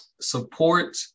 support